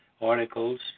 articles